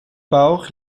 bauch